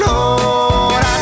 Lord